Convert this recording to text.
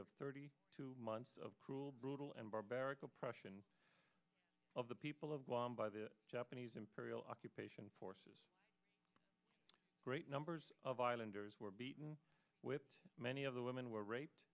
of thirty two months of cruel brutal and barbaric oppression of the people of guam by the japanese imperial occupation forces great numbers of islanders were beaten with many of the women were raped